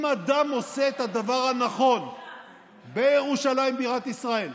אם אדם עושה את הדבר הנכון בירושלים בירת ישראל,